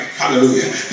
hallelujah